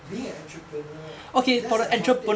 being an entrepreneur there's an advantage